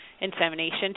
Insemination